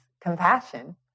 compassion